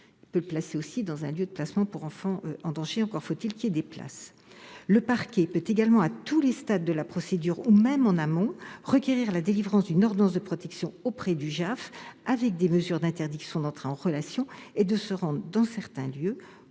Il peut aussi placer l'enfant dans un lieu de placement pour enfants en danger ; mais encore faut-il que des places soient disponibles. Le parquet peut également, à tous les stades de la procédure ou même en amont, requérir la délivrance d'une ordonnance de protection auprès du JAF, avec des mesures d'interdiction d'entrer en relation et de se rendre dans certains lieux,